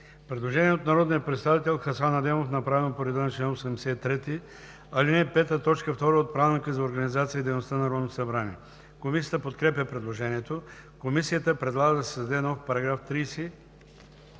Предложение от народния представител Хасан Адемов, направено по реда на чл. 83, ал. 5, т. 2 от Правилника за организацията и дейността на Народното събрание. Комисията подкрепя предложението. Комисията предлага да се създаде нов § 30: „§ 30.